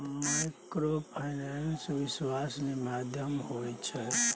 Microfinance विश्वासनीय माध्यम होय छै?